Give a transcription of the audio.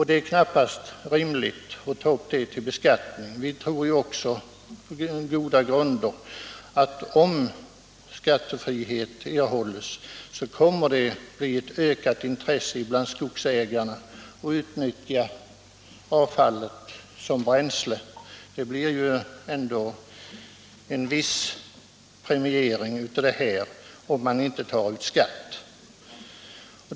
Det är knappast rimligt att ta upp sådant till beskattning. På goda grunder tror vi också att om skattefrihet erhålls kommer det att bli ett ökat intresse bland skogsägarna för att utnyttja avfallet som bränsle; det blir ändå en viss premiering av detta, om man inte tar ut skatt.